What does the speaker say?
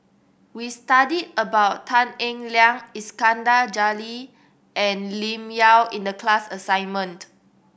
we studied about Tan Eng Liang Iskandar Jalil and Lim Yau in the class assignment